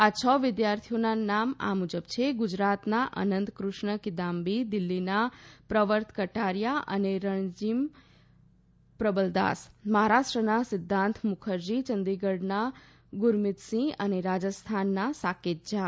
આ છ વિદ્યાર્થીઓના નામ આ મુજબ છે ગુજરાતના અનંત કૃષ્ણ કિદામ્બી દિલ્હીના પ્રર્વર કટારીયા અને રણજીમ પ્રબલદાસ મહારાષ્ટ્રના સિધ્ધાન્ત મુખરજી ચંદીગઢના ગુરમિતસિંહ અને રાજસ્થાનના સાકેત ઝા